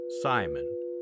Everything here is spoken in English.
Simon